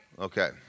Okay